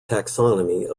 taxonomy